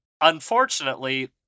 unfortunately